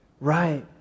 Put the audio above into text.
right